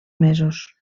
mesos